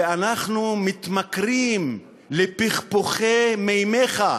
ואנחנו מתמכרים לפכפוכי מימיך.